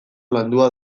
landua